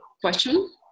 question